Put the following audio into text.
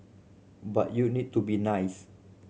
but you need to be nice